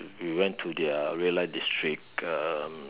we went to their red life district um